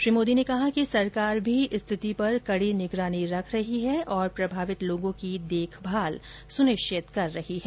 श्री मोदी ने कहा कि सरकार भी स्थिति पर कड़ी निगरानी रख रही है और प्रभावित लोगों की देखभाल सुनिश्चित कर रही है